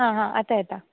आं आं आतां येता